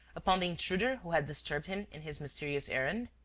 upon the intruder who had disturbed him in his mysterious errand?